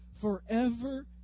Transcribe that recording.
forever